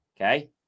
okay